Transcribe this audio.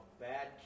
bad